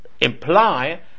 imply